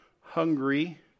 hungry